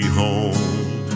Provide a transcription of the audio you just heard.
home